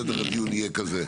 סדר הדיון יהיה כזה,